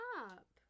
up